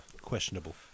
Questionable